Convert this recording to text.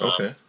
Okay